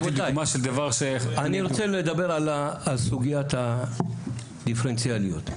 אני רוצה לדבר על סוגיית הדיפרנציאליות,